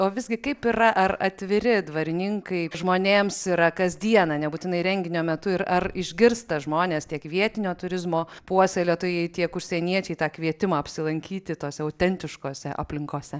o visgi kaip yra ar atviri dvarininkai žmonėms yra kasdieną nebūtinai renginio metu ir ar išgirsta žmonės tiek vietinio turizmo puoselėtojai tiek užsieniečiai tą kvietimą apsilankyti tose autentiškose aplinkose